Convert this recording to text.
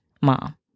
mom